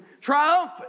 triumphant